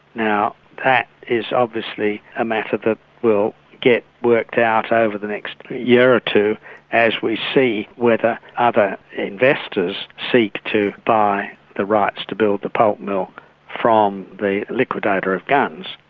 now, that is obviously a matter that will get worked out over the next year or two as we see whether other investors seek to buy the rights to build the pulp mill from the liquidator of gunns.